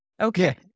Okay